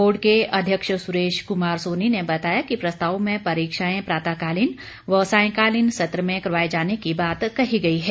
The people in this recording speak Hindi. बोर्ड के अध्यक्ष सुरेश कुमार सोनी ने बताया कि प्रस्ताव में परीक्षाएं प्रातःकालीन व सांयकालीन सत्र में करवाए जाने की बात कही गई है